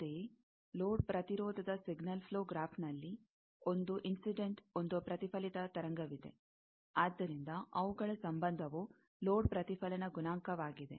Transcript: ಅಂತೆಯೇ ಲೋಡ್ ಪ್ರತಿರೋಧದ signal flow ಗ್ರಾಫ್ಲ್ಲಿ ಒಂದು ಇನ್ಸಿಡೆಂಟ್ ಒಂದು ಪ್ರತಿಫಲಿತ ತರಂಗವಿದೆ ಆದ್ದರಿಂದ ಅವುಗಳ ಸಂಬಂಧವು ಲೋಡ್ ಪ್ರತಿಫಲನ ಗುಣಾಂಕವಾಗಿದೆ